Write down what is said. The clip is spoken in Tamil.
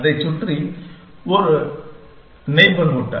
அதைச் சுற்றி அது நெய்பர்ஹூட்